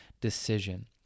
decision